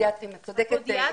הפודיאטרים סודר.